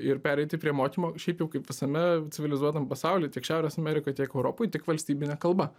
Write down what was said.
ir pereiti prie mokymo šiaip jau kaip visame civilizuotam pasauly tiek šiaurės amerikoj tiek europoj tik valstybine kalba